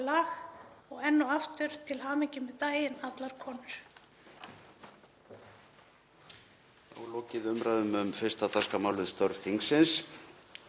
lag. Og enn og aftur: Til hamingju með daginn, allar konur.